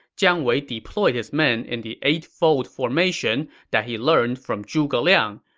jiang wei deployed his men in the eight-fold formation that he learned from zhuge liang.